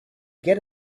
get